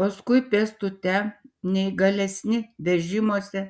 paskui pėstute neįgalesni vežimuose